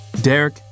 Derek